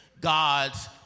God's